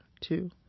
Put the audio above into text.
two